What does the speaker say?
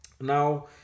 now